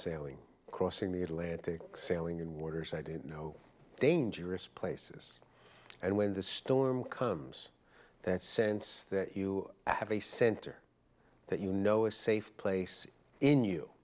sailing crossing the atlantic sailing in waters i didn't know dangerous places and when the storm comes that sense that you have a center that you know a safe place in